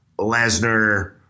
Lesnar